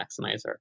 maximizer